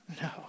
No